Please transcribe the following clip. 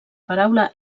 paraula